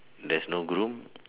there's no groom